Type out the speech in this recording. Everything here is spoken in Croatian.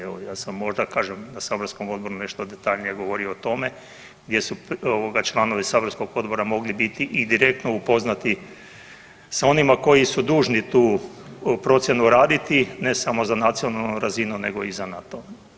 Evo, ja sam možda, kažem, na saborskom odboru nešto detaljnije govorio o tome gdje su članovi saborskog odbora mogli biti i direktno upoznati sa onima koji su dužni tu procjenu raditi, ne samo za nacionalnu razinu nego i za NATO.